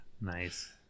nice